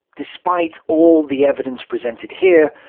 despite all the evidence presented here,